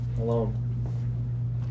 alone